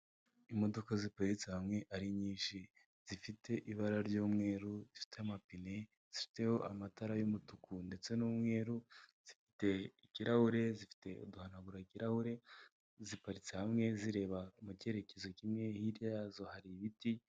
Imodoka ziparitse hamwe ari nyinshi zifite ibara ry'umweru, zifite amapine, zifiteho amatara y'umutuku ndetse n'umweru, zifite ikirahure, zifite uduhanagura kirarahure ziparitse hamwe zireba mu cyerekezo kimwe, hirya yazo hari ibiti.